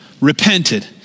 repented